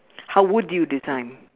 how would you design